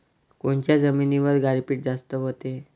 कोनच्या जमिनीवर गारपीट जास्त व्हते?